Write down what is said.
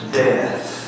death